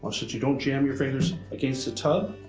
watch that you don't jam your fingers against the tub.